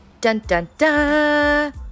Dun-dun-dun